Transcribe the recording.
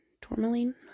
tourmaline